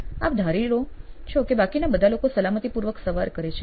આપ એવું ધારી લો છો લે બાકીના બધા લોકો સલામતીપૂર્વક સવારી કરે છે